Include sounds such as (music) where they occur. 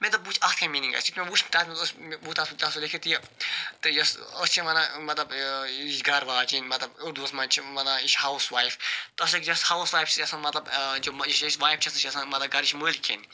مےٚ دوٚپ بہٕ وٕچھ اَتھ کیٛاہ میٖنِنٛگَہ چھِ مےٚ وٕچھ تتھ منٛز اوس (unintelligible) تَتھ تتھ اوس لیٚکھِتھ یہِ تہٕ یۄس أسۍ چھِ ونان مَطلَب یہِ چھِ گَر واجیٚنۍ مَطلَب اردُوَس مَنٛز چھِ یِم ونان یہِ چھِ ہاوُس وایف تتھ اوس لیٚکھِتھ یۄس ہاوُس وایف سۭتۍ چھِ آسان مَطلَب جو (unintelligible) وایف چھِ آسان سُہ چھِ آسان مَطلَب گَرِچ مٲلکِن